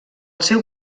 seu